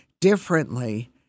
differently